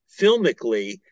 filmically